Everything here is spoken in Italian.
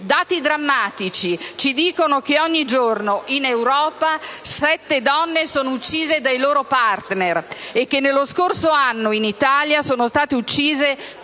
Dati drammatici evidenziano che ogni giorno in Europa sette donne sono uccise dai loro *partner* e che nello scorso anno, in Italia, sono state uccise più di 120 donne,